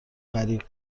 غریق